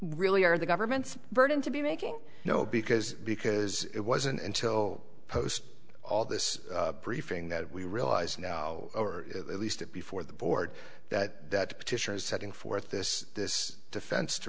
really are the government's burden to be making you know because because it wasn't until post all this briefing that we realize now or at least it before the board that that petition is setting forth this this defense to